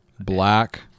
black